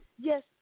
Yes